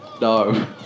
No